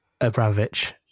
abramovich